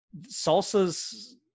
Salsa's